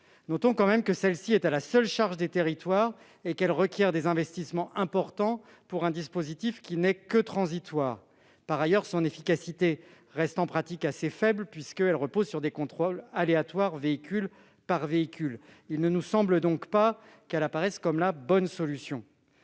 Notons que celle-ci est à la seule charge des territoires et qu'elle requiert des investissements importants alors que le dispositif n'est que transitoire. Par ailleurs, son efficacité reste en pratique assez faible, puisqu'elle repose sur des contrôles aléatoires, véhicule par véhicule. Pour ces raisons, la vidéoverbalisation ne nous paraît pas être la bonne solution.